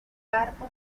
barco